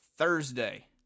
Thursday